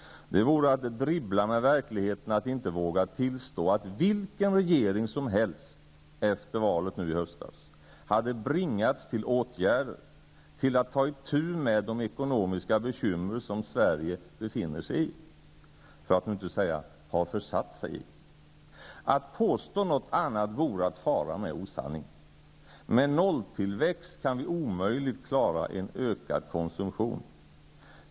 Det vore att dribbla med verkligheten att inte våga tillstå att vilken regering som helst efter valet nu i höstas hade bringats till åtgärder för att ta itu med de ekonomiska bekymmer som Sverige befinner sig i -- för att nu inte säga: har försatt sig i. Att påstå något annat vore att fara med osanning. Med nolltillväxt kan vi omöjligt klara en ökad konsumtion.